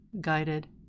guided